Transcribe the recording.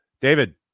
David